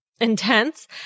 Intense